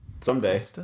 Someday